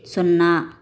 సున్నా